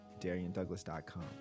DarianDouglas.com